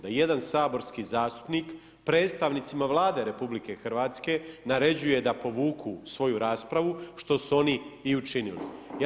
Da jedan saborski zastupnik, predstavnicima Vlade RH naređuje da povuku svoju raspravu što su oni i učinili.